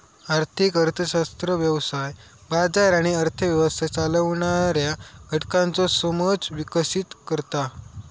आर्थिक अर्थशास्त्र व्यवसाय, बाजार आणि अर्थ व्यवस्था चालवणाऱ्या घटकांचो समज विकसीत करता